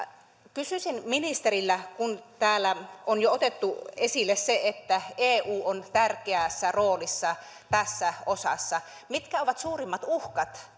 kysyisin ministeriltä kun täällä on jo otettu esille se että eu on tärkeässä roolissa tässä mitkä ovat suurimmat uhkat